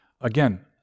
Again